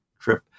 trip